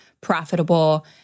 profitable